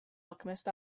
alchemist